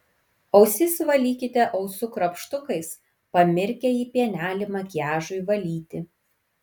ausis valykite ausų krapštukais pamirkę į pienelį makiažui valyti